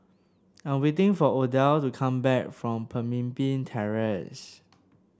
I'm waiting for Odell to come back from Pemimpin Terrace